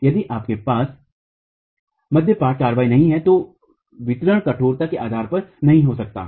यदि आपके पास मध्यपट कार्रवाई नहीं है तो वितरण कठोरता के आधार पर नहीं हो सकता है